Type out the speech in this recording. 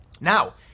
Now